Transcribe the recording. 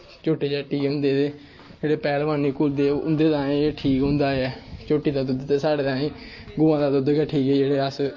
झोट्टी दा जेह्ड़े पैह्लवानी घुलदे ऐं उं'दे ताईं ठीक होंदा ऐ झोट्टी दा दुद्ध ते साढ़े ताईं गवै दा गै ठीक एह् जेह्ड़ा अस